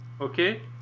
okay